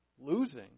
losing